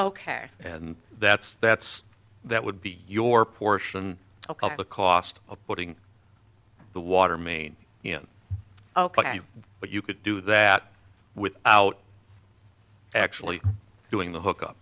ok and that's that's that would be your portion called the cost of putting the water main in ok but you could do that without actually doing the hook up